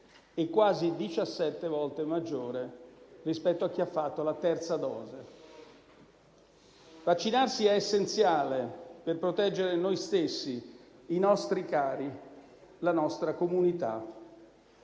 e quasi 17 volte maggiore rispetto a chi ha fatto la terza dose. Vaccinarsi è essenziale per proteggere noi stessi, i nostri cari, la nostra comunità,